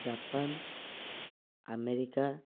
Japan America